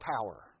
power